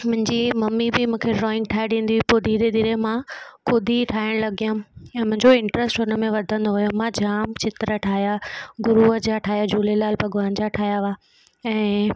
मुंहिंजी मम्मी बि मूंखे ड्रॉइंग ठाहे ॾींदी पोइ धीरे धीरे मां ख़ुदि ई ठाहिण लगियमि या मुंहिंजो इंट्रस्ट हुनमें वधंदो वियो मां जाम चित्र ठाहिया गुरूअ जा ठाहिया झूलेलाल भॻवान ठाहिया हुआ ऐं